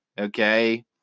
okay